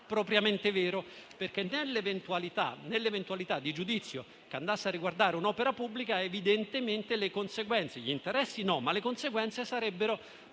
propriamente vero perché, nell'eventualità di un giudizio che andasse a riguardare un'opera pubblica, evidentemente le conseguenze - gli interessi no, ma le conseguenze sì - sarebbero